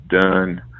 done